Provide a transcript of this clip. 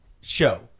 show